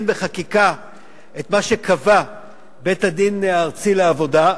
בחקיקה את מה שקבע בית-הדין הארצי לעבודה,